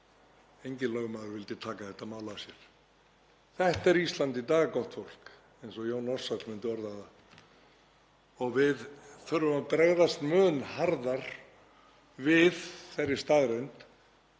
Enginn lögmaður vildi taka þetta mál að sér. Þetta er Ísland í dag, gott fólk, eins og Jón Ársæll myndi orða það. Við þurfum að bregðast mun harðar við þeirri staðreynd